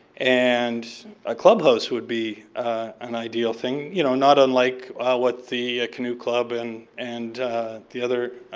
and a clubhouse would be an ideal thing. you know not unlike what the canoe club and and the other